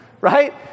right